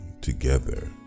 together